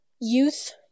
youth